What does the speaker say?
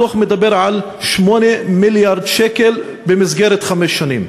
הדוח מדבר על 8 מיליארד שקל במסגרת חמש שנים.